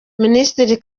minisitiri